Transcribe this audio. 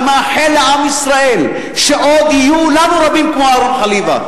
אני מאחל לעם ישראל שעוד יהיו לנו רבים כמו אהרן חליוה.